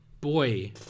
boy